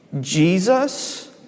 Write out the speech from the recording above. jesus